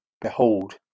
behold